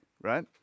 right